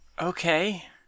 Okay